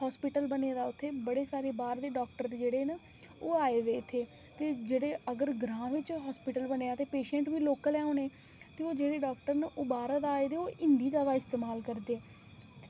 hospital बने दा उत्थै बड़े सारे बाह्रले डॉक्टर न उत्थै ओह् आए दे इत्थै ते जेकर ग्रांऽ बिच हॉस्पिटल बनेआ ते पेशैंट बी लोकल होने ते ओह् जेह्ड़े डॉक्टर न ओह् बाह्रे दा आए दे ओह् हिंदी दा इस्तेमाल करदे न